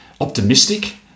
optimistic